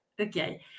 Okay